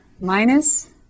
minus